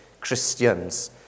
Christians